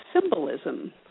symbolism